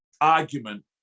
argument